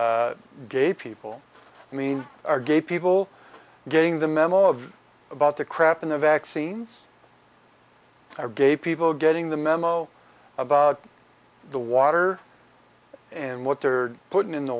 about gay people i mean are gay people getting the memo about the crap in the vaccines or gay people getting the memo about the water and what they're putting in the